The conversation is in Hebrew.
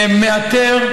שמאתר,